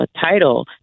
title